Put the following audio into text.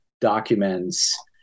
documents